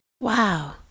Wow